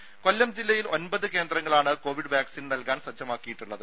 ദര കൊല്ലം ജില്ലയിൽ ഒൻപത് കേന്ദ്രങ്ങളാണ് കോവിഡ് വാക്സിൻ നൽകാൻ സജ്ജമാക്കിയിട്ടുള്ളത്